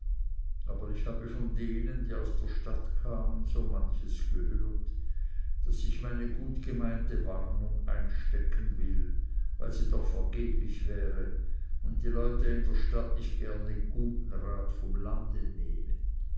aber ich habe von denen die aus der stadt kamen so manches gehört daß ich meine gutgemeinte warnung einstecken will weil sie doch vergeblich wäre und die leute in der stadt nicht gerne guten rat vom lande nehmen